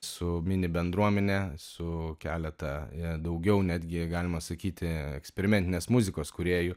su mini bendruomene su keletą daugiau netgi galima sakyti eksperimentinės muzikos kūrėjų